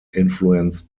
influenced